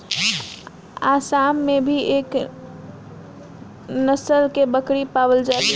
आसाम में भी एह नस्ल के बकरी पावल जाली